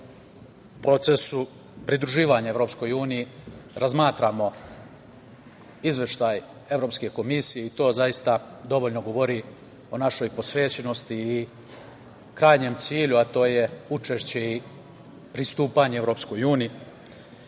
u procesu pridruživanja EU razmatramo izveštaj Evropske komisije, i to zaista, dovoljno govori o našoj posvećenosti i krajnjem cilju, a to je učešće i pristupanje EU.